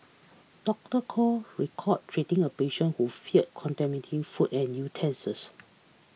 Doctor Koh recall treating a patient who feared contaminate food and utensils